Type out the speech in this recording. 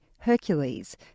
Hercules